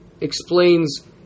explains